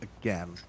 again